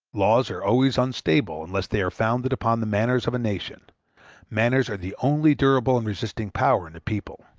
laws are always unstable unless they are founded upon the manners of a nation manners are the only durable and resisting power in a people.